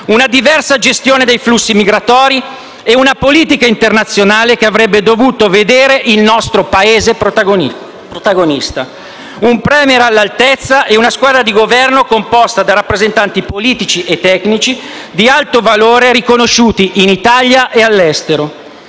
una diversa gestione dei flussi migratori, una politica internazionale che avrebbe dovuto vedere il nostro Paese protagonista, un *Premier* all'altezza e una squadra di Governo composta da rappresentanti politici e tecnici di alto valore riconosciuti in Italia e all'estero.